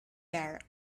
there